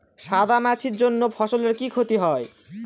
সাদা মাছির জন্য ফসলের কি ক্ষতি হয়?